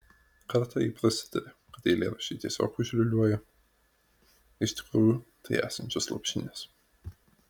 kartą ji prasitarė kad eilėraščiai tiesiog užliūliuoją iš tikrųjų tai esančios lopšinės